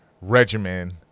regimen